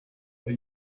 are